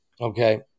okay